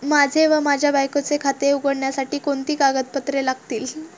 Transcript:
माझे व माझ्या बायकोचे खाते उघडण्यासाठी कोणती कागदपत्रे लागतील?